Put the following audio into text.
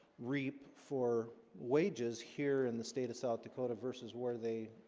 reap for wages here in the state of south dakota versus where they?